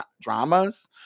dramas